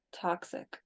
toxic